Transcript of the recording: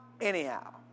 anyhow